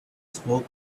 smoke